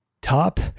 top